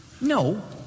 No